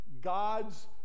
God's